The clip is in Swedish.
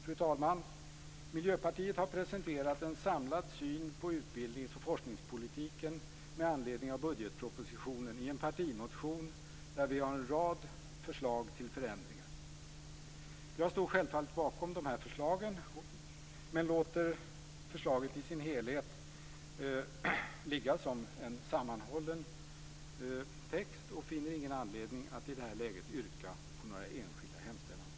Fru talman! Miljöpartiet har presenterat en samlad syn på utbildnings och forskningspolitiken med anledning av budgetpropositionen i en partimotion där vi har en rad förslag till förändringar. Jag står självfallet bakom dessa förslag, men låter förslaget i sin helhet ligga som en sammanhållen enhet och finner ingen anledning att i detta läge yrka på några enskilda hemställanspunkter.